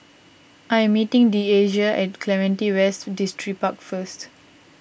I am meeting Deasia at Clementi West Distripark first